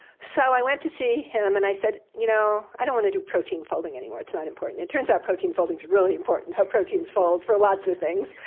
so i went to see him and i said, you know i don't want to do protein folding anymore. it's not important. it turns out protein folding is really important, how proteins fold, for lots of things.